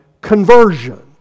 conversion